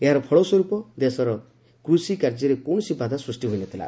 ଏହାର ଫଳସ୍ପର୍ ପ ଦେଶରେ କୃଷି କାର୍ଯ୍ୟରେ କୌଣସି ବାଧା ସୃଷ୍ଟି ହୋଇନଥିଲା